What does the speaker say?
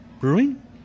Brewing